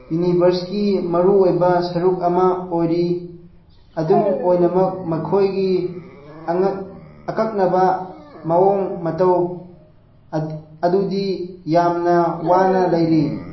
ꯌꯨꯅꯤꯕꯔꯁꯀꯤ ꯃꯔꯨꯑꯣꯏꯕ ꯁꯔꯨꯛ ꯑꯃ ꯑꯣꯏꯔꯤ ꯑꯗꯨꯝ ꯑꯣꯏꯅꯃꯛ ꯃꯈꯣꯏꯒꯤ ꯑꯀꯛꯅꯕ ꯃꯑꯣꯡ ꯃꯇꯧ ꯑꯗꯨꯗꯤ ꯌꯥꯝꯅ ꯋꯥꯅ ꯂꯩꯔꯤ